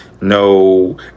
no